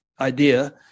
idea